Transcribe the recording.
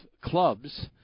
clubs